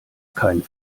keinen